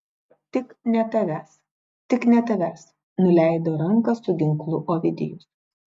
tik ne tavęs tik ne tavęs nuleido ranką su ginklu ovidijus